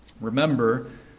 Remember